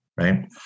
Right